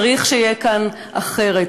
צריך שיהיה כאן אחרת.